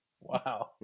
Wow